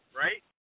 right